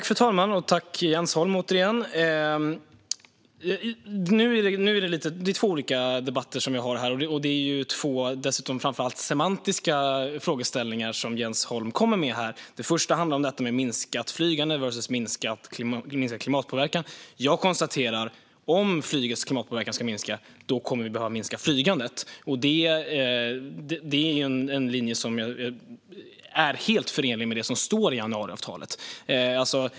Fru talman! Tack, Jens Holm! Nu är det två olika debatter som vi har här, och dessutom är det framför allt semantiska frågeställningar som Jens Holm kommer med. Det första handlar om minskat flygande versus minskad klimatpåverkan. Jag konstaterar att om flygets klimatpåverkan ska minska kommer vi att behöva minska flygandet. Det är en linje som är helt förenlig med det som står i januariavtalet.